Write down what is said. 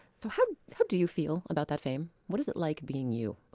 so how how do you feel about that fame? what is it like being you?